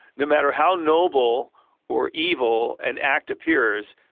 no matter how noble or evil an act appears,